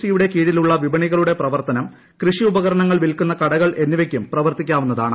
C യുടെ കീഴിലുള്ള വിപണികളുടെ പ്രവർത്തനം കൃഷി ഉപകരണങ്ങൾ വിൽക്കുന്ന കടകൾ എന്നിവയ്ക്കും പ്രവർത്തിക്കാവുന്നതാണ്